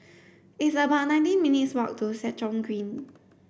it's about nineteen minutes' walk to Stratton Green